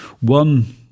one